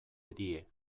erie